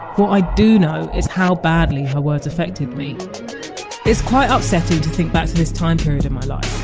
what i do know is how badly her words affected me it's quite upsetting to think back to this time period in my life.